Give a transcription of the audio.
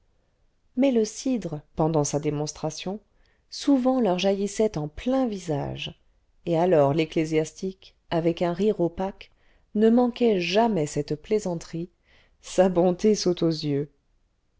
mais le cidre pendant sa démonstration souvent leur jaillissait en plein visage et alors l'ecclésiastique avec un rire opaque ne manquait jamais cette plaisanterie sa bonté saute aux yeux